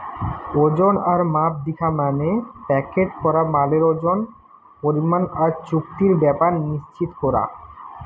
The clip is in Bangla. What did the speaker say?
ওজন আর মাপ দিখা মানে প্যাকেট করা মালের ওজন, পরিমাণ আর চুক্তির ব্যাপার নিশ্চিত কোরা